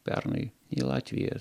pernai į latviją